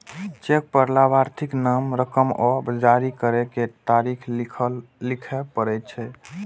cheque पर लाभार्थीक नाम, रकम आ जारी करै के तारीख लिखय पड़ै छै